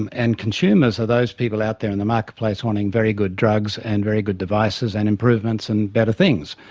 and and consumers are those people out there in the marketplace wanting very good drugs and very good devices and improvements and better things,